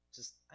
Just-